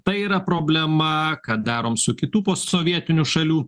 tai yra problema ką darom su kitų posovietinių šalių